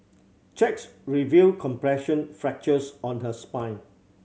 checks revealed compression fractures on her spine